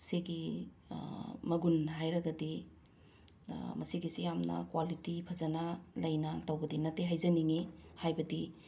ꯁꯤꯒꯤ ꯃꯒꯨꯟ ꯍꯥꯏꯔꯒꯗꯤ ꯃꯁꯤꯒꯤꯁꯤ ꯌꯥꯝꯅ ꯀ꯭ꯋꯥꯂꯤꯇꯤ ꯐꯖꯅ ꯂꯩꯅ ꯇꯧꯕꯗꯤ ꯅꯠꯇꯦ ꯍꯥꯏꯖꯅꯤꯡꯏ ꯍꯥꯏꯕꯗꯤ